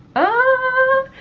ah!